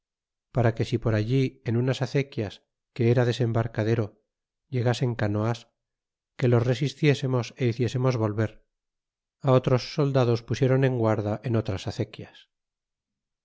para que si por allí en unas acequias que era desembarcadero llegasen canoas que los resistiésemos é hiciésemos volver otros soldados pusieron en guarda en otras acequias